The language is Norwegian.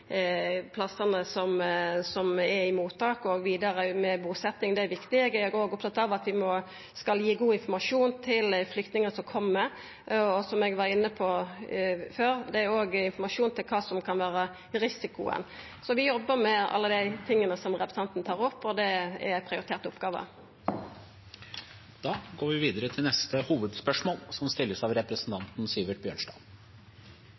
plassane som har mottak og vidare når det gjeld busetjing, er viktig. Eg er òg opptatt av at vi skal gi god informasjon til flyktningar som kjem, og som eg var inne på, gjeld det òg informasjon om kva som kan vera risikoen. Så vi jobbar allereie med alle dei tinga som representanten tar opp, og det er ei prioritert oppgåve. Vi går da videre til neste